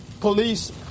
police